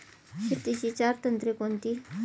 शेतीची चार तंत्रे कोणती?